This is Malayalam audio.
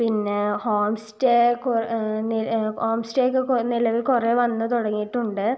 പിന്നെ ഹോം സ്റ്റേ ഹോം സ്റ്റേയൊക്കെ നിലവിൽ കുറേ വന്ന് തുടങ്ങിയിട്ടുണ്ട്